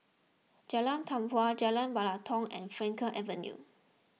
Jalan Tempua Jalan Batalong and Frankel Avenue